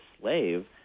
slave